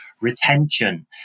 retention